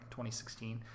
2016